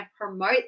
promote